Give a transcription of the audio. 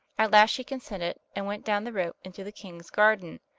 at last she consented, and went down the rope into the king's garden.